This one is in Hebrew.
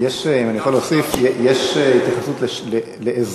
אם אני יכול להוסיף, האם יש התייחסות לאזורים?